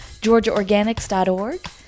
georgiaorganics.org